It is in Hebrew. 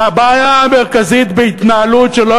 הבעיה המרכזית בהתנהלות היא שהיא לא